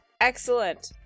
Excellent